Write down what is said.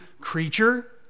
creature